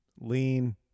lean